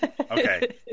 Okay